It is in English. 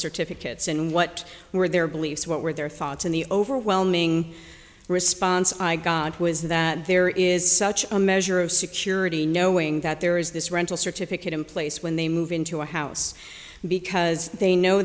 certificates and what were their beliefs what were their thoughts on the overwhelming response i got was that there is such a measure of security knowing that there is this rental certificate in place when they move into a house because they know